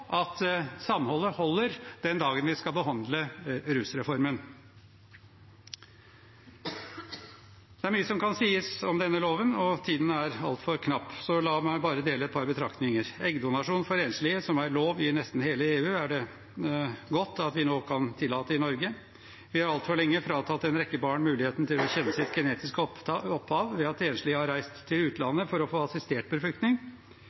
at samholdet holder den dagen vi skal behandle rusreformen. Det er mye som kan sies om denne loven, men tiden er altfor knapp. Så la meg bare dele et par betraktninger: Eggdonasjon for enslige, som er lov i nesten hele EU, er det godt at vi nå kan tillate i Norge. Vi har altfor lenge fratatt en rekke barn muligheten til å kjenne sitt genetiske opphav ved at enslige har reist til